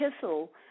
Kissel